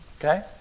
Okay